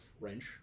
French